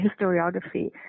historiography